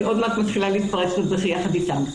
עוד מעט מתחילה להתפרץ בבכי ביחד איתם.